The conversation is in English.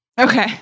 Okay